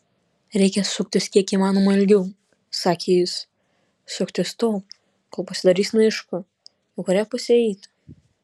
reikia suktis kiek įmanoma ilgiau sakė jis suktis tol kol pasidarys neaišku į kurią pusę eiti